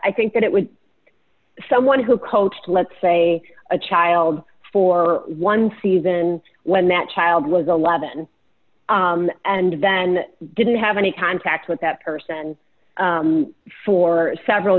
i think that it was someone who coached let's say a child for one season when that child was a leaven and then didn't have any contact with that person for several